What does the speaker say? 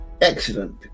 excellent